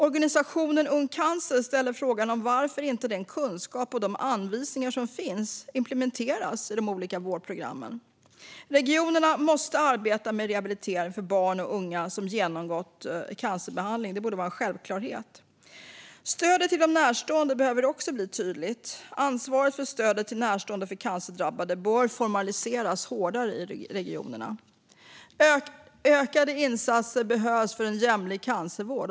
Organisationen Ung Cancer undrar varför den kunskap och de anvisningar som finns inte implementeras i de olika vårdprogrammen. Regionerna måste arbeta med rehabilitering för barn och unga som har genomgått cancerbehandling. Det borde vara en självklarhet. Stödet till de närstående behöver också bli tydligt. Ansvaret för stödet till närstående till cancerdrabbade bör formaliseras hårdare i regionerna. Ökade insatser behövs för en jämlik cancervård.